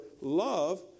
love